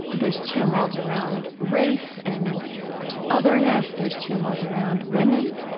there's tumult around race and otherness. there's tumult around women.